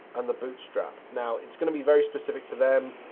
and the bootstrap. now, it's going to be very specific to them.